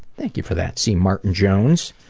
thank you for that c. martin jones.